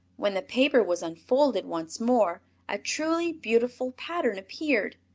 when the paper was unfolded once more a truly beautiful pattern appeared.